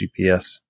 GPS